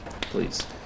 please